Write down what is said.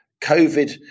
covid